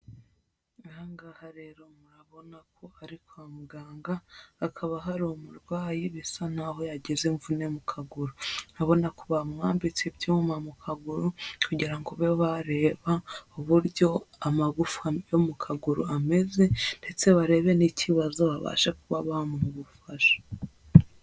Aha ngaha rero murabona ko ari kwa muganga, hakaba hari umurwayi bisa naho yageze imvune mu kaguru. Urabona ko bamwambitse ibyuma mu kaguru kugira ngo babe bareba uburyo amagufwa yo mu kaguru ameze ndetse barebe n'ikibazo, babasha kuba bamuha ubufasha.